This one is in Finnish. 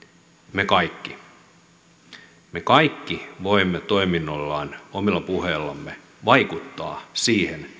me kaikki me kaikki voimme toiminnallamme omilla puheillamme vaikuttaa siihen